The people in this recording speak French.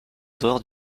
dehors